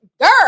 girl